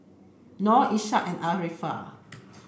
Nor Ishak and Arifa